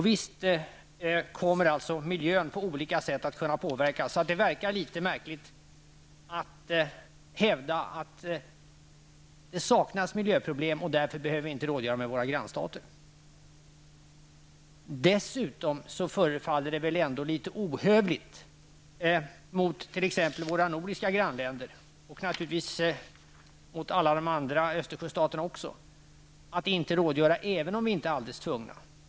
Visst kommer miljön på olika sätt att påverkas. Det verkar litet märkligt att hävda att det saknas miljöproblem och att vi därför inte behöver rådgöra med våra grannstater. Dessutom förefaller det litet ohövligt mot t.ex. våra nordiska grannländer, naturligtvis även mot alla Östersjöstater, att inte rådgöra även om vi inte är alldeles tvungna.